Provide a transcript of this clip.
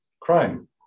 crime